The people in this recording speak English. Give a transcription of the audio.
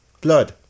blood